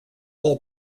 all